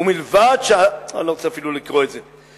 "; אני לא רוצה אפילו לקרוא את זה.